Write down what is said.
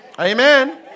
Amen